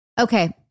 Okay